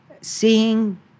seeing